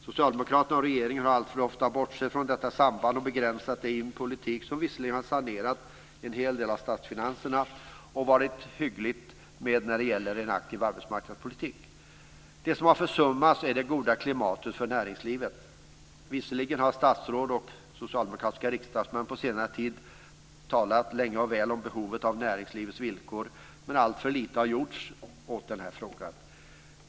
Socialdemokraterna och regeringen har alltför ofta bortsett från detta samband och begränsat det i en politik som i och för sig har sanerat en hel del av statsfinanserna och varit hygglig när det gäller en aktiv arbetsmarknadspolitik. Det som har försummats är det goda klimatet för näringslivet. Visserligen har statsråd och socialdemokratiska riksdagsmän på senare tid talat länge och väl om behovet av goda villkor för näringslivet, men alltför lite har gjorts i den här frågan.